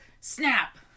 Snap